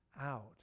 out